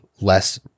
less